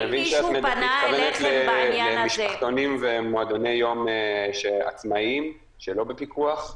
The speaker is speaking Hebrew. אני מבין שאת מתכוונת למשפחתונים ומועדוני יום עצמאיים שלא בפיקוח?